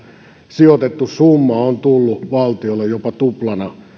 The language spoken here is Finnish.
sijoitettu summa on tullut valtiolle jopa tuplana